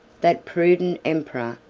that prudent emperor,